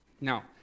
Now